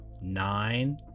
nine